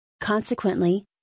Consequently